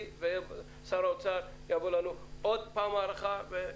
ושר האוצר יבוא אלינו עוד פעם עם בקשה להארכה.